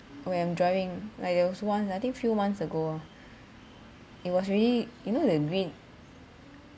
when I'm driving like there was once I think few months ago it was really you know the green